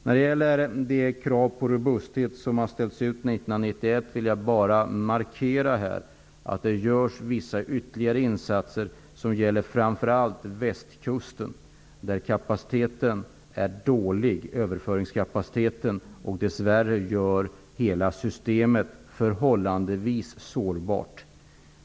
När det gäller det krav på robusthet som ställdes 1991 vill jag bara markera att det görs vissa ytterligare insatser som framför allt gäller västkusten. Där är överföringskapaciteten dålig. Dess värre gör det hela systemet förhållandevis sårbart.